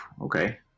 Okay